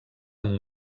amb